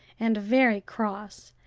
and very cross,